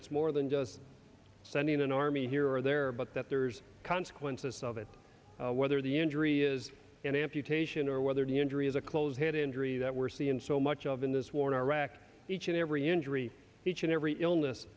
it's more than just sending an army here or there but that there's consequences of it whether the injury is an amputation or whether the injury is a close head injury that we're seeing so much of in this war in iraq each and every injury each and every illness